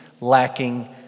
lacking